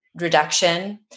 reduction